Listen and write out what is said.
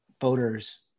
voters